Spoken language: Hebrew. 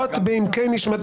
המילים האלה פוגעות בעמקי נשמתם.